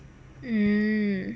mm